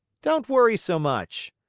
don't worry so much.